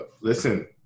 Listen